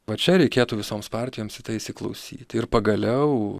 va čia reikėtų visoms partijoms į tai įsiklausyti ir pagaliau